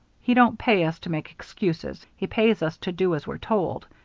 he don't pay us to make excuses he pays us to do as we're told.